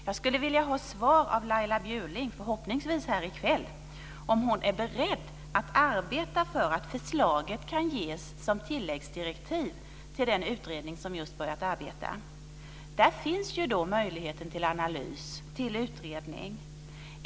Jag skulle vilja ha svar av Laila Bjurling, förhoppningsvis här i kväll, om hon är beredd att arbeta för att förslaget kan ges som tilläggsdirektiv till den utredning som just börjat arbeta. Där finns möjligheten till analys och utredning.